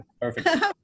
perfect